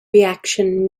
reaction